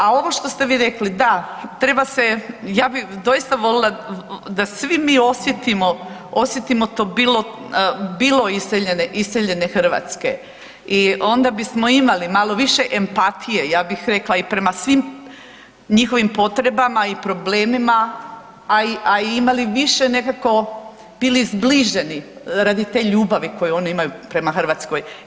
A ovo što ste vi rekli, da treba se ja bi doista volila da svi mi osjetimo, osjetimo to bilo, bilo iseljene Hrvatske i onda bismo imali malo više empatije ja bih rekla i prema svim njihovim potrebama i problemima, a i imali više nekako bili zbliženi radi te ljubavi koju oni imaju prema Hrvatskoj.